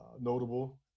notable